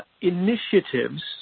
initiatives